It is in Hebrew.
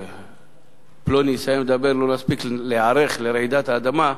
שעד שפלוני יסיים לדבר לא נספיק להיערך לרעידת האדמה,